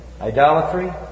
idolatry